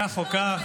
כך או כך,